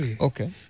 Okay